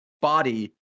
Body